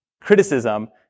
criticism